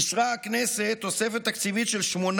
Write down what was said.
אישרה הכנסת תוספת תקציבית של 8